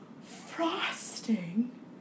frosting